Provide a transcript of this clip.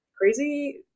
crazy